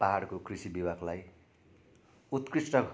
पाहाडको कृषि विभागलाई उत्कृष्ट